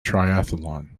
triathlon